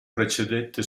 precedette